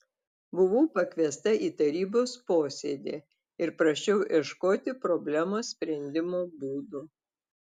buvau pakviesta į tarybos posėdį ir prašiau ieškoti problemos sprendimo būdų